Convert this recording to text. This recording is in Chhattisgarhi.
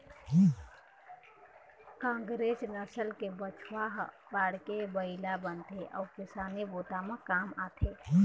कांकरेज नसल के बछवा ह बाढ़के बइला बनथे अउ किसानी बूता म काम आथे